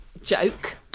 joke